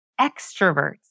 Extroverts